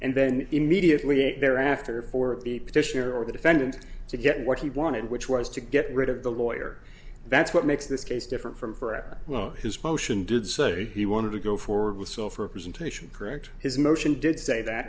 and then immediately there after for the petitioner or the defendant to get what he wanted which was to get rid of the lawyer that's what makes this case different from forever well his motion did say he wanted to go forward with so for a presentation correct his motion did say that